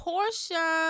Portia